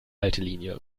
haltelinie